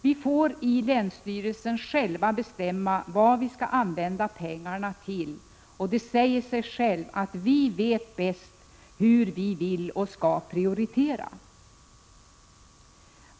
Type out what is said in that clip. Vi får i länsstyrelsen själva bestämma vad vi skall använda pengarna till, och det säger sig självt att vi vet bäst hur vi vill och skall prioritera.